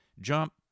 jump